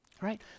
right